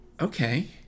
Okay